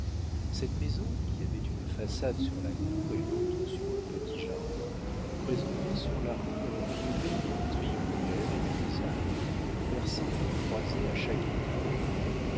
cette maison qui avait une façade sur la cour et l'autre sur un petit jardin présentait sur la rue un vieux pignon triangulaire et grisâtre percé d'une croisée à chaque étage